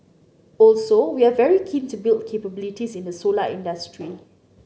also we are very keen to build capabilities in the solar industry